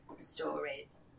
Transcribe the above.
stories